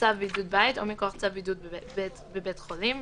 צו בידוד בית או מכוח צו בידוד בבית חולים,